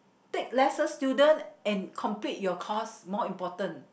take lesser student and complete your course more important